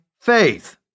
faith